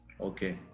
Okay